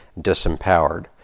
disempowered